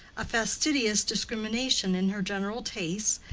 a fastidious discrimination in her general tastes,